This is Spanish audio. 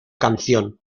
canción